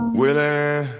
willing